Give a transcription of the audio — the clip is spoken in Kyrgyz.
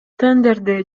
тендерди